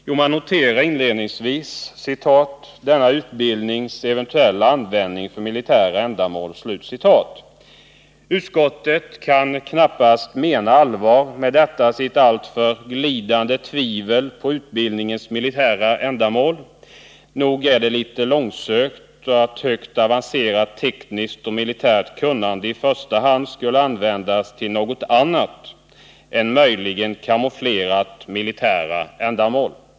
Jo, man noterar inledningsvis ”denna utbildnings eventuella användning för militära ändamål”. Utskottet kan knappast mena allvar med detta sitt alltför glidande tvivel på utbildningens militära ändamål. Nog är det litet långsökt att högt avancerat tekniskt och militärt kunnande i första hand skulle användas till något annat än möjligen camouflerat militära ändamål.